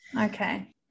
Okay